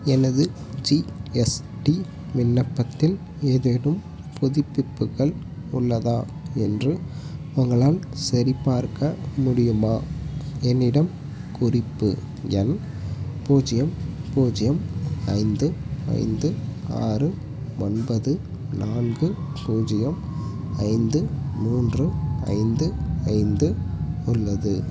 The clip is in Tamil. எனது ஜிஎஸ்டி விண்ணப்பத்தில் ஏதேனும் புதுப்பிப்புகள் உள்ளதா என்று உங்களால் சரிபார்க்க முடியுமா என்னிடம் குறிப்பு எண் பூஜ்ஜியம் பூஜ்ஜியம் ஐந்து ஐந்து ஆறு ஒன்பது நான்கு பூஜ்ஜியம் ஐந்து மூன்று ஐந்து ஐந்து உள்ளது